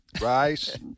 rice